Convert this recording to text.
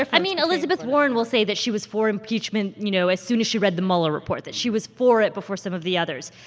i mean, elizabeth warren will say that she was for impeachment, you know, as soon as she read the mueller report, that she was for it before some of the others.